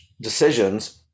decisions